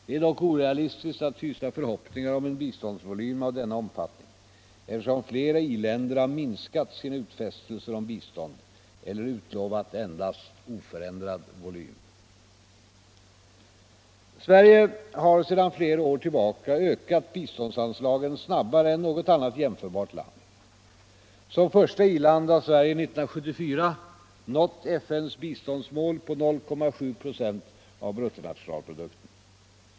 Det är dock orealistiskt att hysa förhoppningar om en biståndsvolym av denna omfattning, eftersom flera i-länder har minskat sina utfästelser om bistånd eller utlovat endast oförändrad volym. Sverige har sedan flera år tillbaka ökat biståndsanslagen snabbare än något annat jämförbart land. Som första i-land har Sverige 1974 nått FN:s biståndsmål på 0,7 96 av BNP.